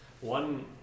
One